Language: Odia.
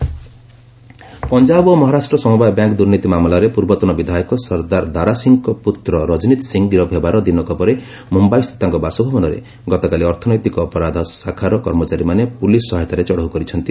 ପିଏମ୍ସି ବ୍ୟାଙ୍କ ସ୍କାମ୍ ପଞ୍ଜାବ ଓ ମହାରାଷ୍ଟ୍ର ସମବାୟ ବ୍ୟାଙ୍କ ଦୁର୍ନୀତି ମାମଲାରେ ପୂର୍ବତନ ବିଧାୟକ ସର୍ଦ୍ଦାର ଦାରାସିଂଙ୍କ ପୁତ୍ର ରଜନୀତ୍ ସିଂ ଗିରଫ ହେବାର ଦିନକ ପରେ ମୁମ୍ଭାଇସ୍ଥିତ ତାଙ୍କ ବାସଭବନରେ ଗତକାଲି ଅର୍ଥନୈତିକ ଅପରାଧ ଶାଖାର କର୍ମଚାରୀମାନେ ପୁଲିସ୍ ସହାୟତାରେ ଚଢ଼ଉ କରିଛନ୍ତି